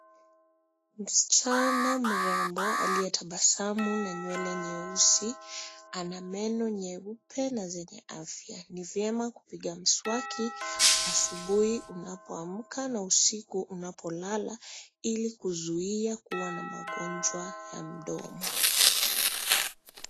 Msichana mrembo aliyetabasamu na nywele nyeusi, ana meno nyeupe na zenye afya. Ni vyema kupiga mswaki asubuhi unapoamka na usiku unapolala ili kuzuia kuwa na magonjwa ya mdomo.